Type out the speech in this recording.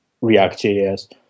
React.js